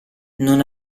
non